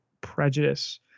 prejudice